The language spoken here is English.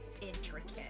intricate